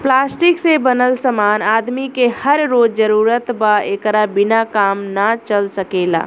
plastic से बनल समान आदमी के हर रोज जरूरत बा एकरा बिना काम ना चल सकेला